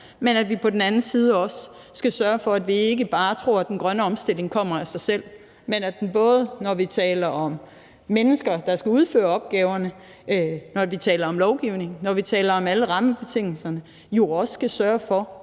men at vi på den anden side også skal sørge for, at vi ikke bare tror, at den grønne omstilling kommer af sig selv, men at vi, både når vi taler om mennesker, der skal udføre opgaverne, når vi taler om lovgivning, og når vi taler om alle rammebetingelserne, jo også skal sørge for,